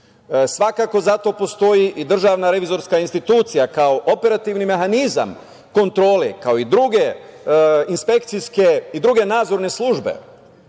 svakako zato postoji i Državna revizorska institucija, kao operativni mehanizam kontrole, kao i druge inspekcijske i druge nadzorne službe,